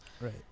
Right